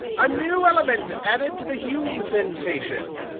a new element added to the hume sensation!